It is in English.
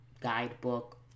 guidebook